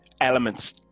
elements